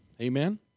Amen